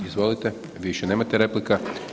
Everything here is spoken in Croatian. Izvolite vi više nemate replika.